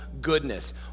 goodness